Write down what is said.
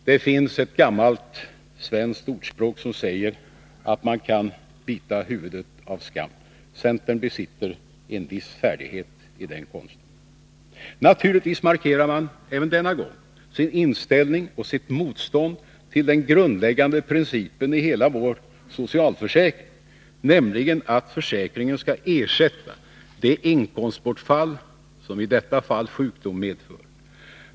Det finns ett gammalt svenskt ordspråk som säger att man kan bita huvudet av skammen. Centern besitter en viss färdighet i den konsten. Naturligtvis markerar man även denna gång sin inställning och sitt motstånd till den grundläggande principen i hela vår socialförsäkring, nämligen att försäkringen skall ersätta det inkomstbortfall som i detta fall sjukdom medför.